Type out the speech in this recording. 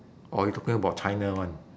or you talking about china one